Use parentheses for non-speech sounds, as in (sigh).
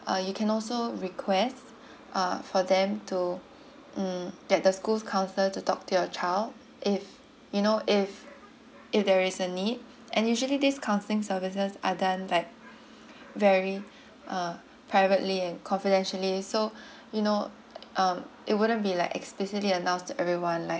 uh you can also request uh for them to mm that the school's counsellor to talk to your child if you know if if there is a need and usually these counselling services are done like very uh privately and confidentially so (breath) you know um it wouldn't be like explicitly announce to everyone like